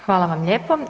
Hvala vam lijepo.